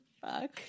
Fuck